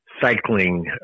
cycling